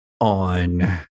on